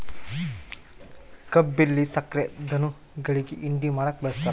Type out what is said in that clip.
ಕಬ್ಬಿಲ್ಲಿ ಸಕ್ರೆ ಧನುಗುಳಿಗಿ ಹಿಂಡಿ ಮಾಡಕ ಬಳಸ್ತಾರ